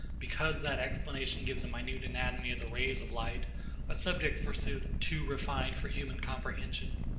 because that explication gives a minute anatomy of the rays of light a subject, forsooth, too refined for human comprehension?